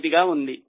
5 గా ఉంది